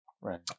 right